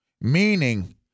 Meaning